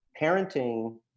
parenting